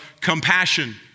compassion